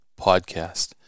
Podcast